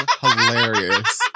hilarious